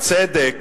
צדק